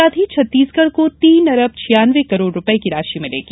साथ ही छत्तीसगढ को तीन अरब छियानवे करोड़ रूपये की राशि मिलेगी